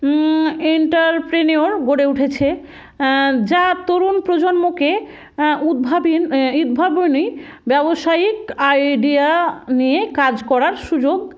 entrepreneur গড়ে উঠেছে যা তরুণ প্রজন্মকে উদ্ভাবনী উদ্ভাবনী ব্যবসায়িক আইডিয়া নিয়ে কাজ করার সুযোগ